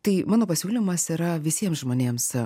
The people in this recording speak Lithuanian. tai mano pasiūlymas yra visiems žmonėms